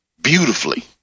Beautifully